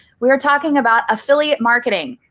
we are talking about affiliate marketing.